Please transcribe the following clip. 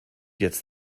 jetzt